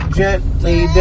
gently